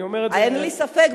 אין לי ספק.